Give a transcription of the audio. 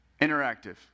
Interactive